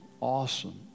awesome